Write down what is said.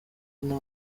nta